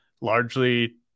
largely